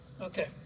Okay